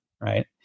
right